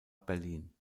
berlin